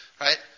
right